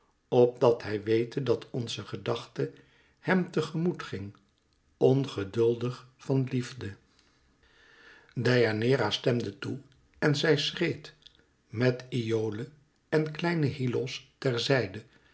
opdat hij wete dat onze gedachte hem te gemoet ging ongeduldig van liefde deianeira stemde toe en zij schreed met iole en kleinen hyllos ter